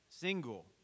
single